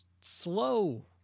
slow